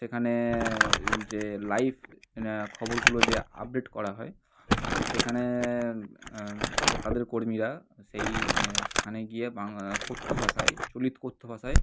সেখানে যে লাইভ খবরগুলো যে আপডেট করা হয় তো সেখানে সে তাদের কর্মীরা সেই স্থানে গিয়ে বাংলা কথ্য ভাষায় চলিত কথ্য ভাষায়